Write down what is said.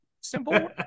Simple